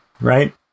right